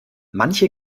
manche